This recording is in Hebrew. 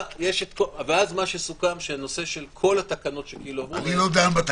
מה שסוכם שהנושא של כל התקנות --- אני לא דן בתקנות.